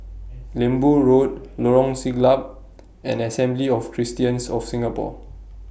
Lembu Road Lorong Siglap and Assembly of Christians of Singapore